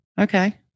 Okay